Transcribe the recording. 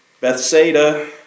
Bethsaida